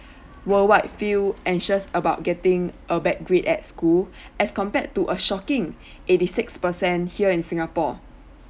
worldwide feel anxious about getting a bad grade at school as compared to a shocking eighty six percent here in singapore